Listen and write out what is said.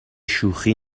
شوخی